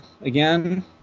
again